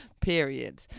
period